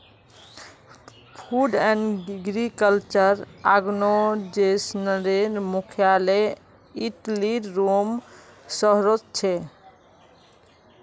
food and agriculture आर्गेनाईजेशनेर मुख्यालय इटलीर रोम शहरोत छे